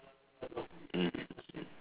mm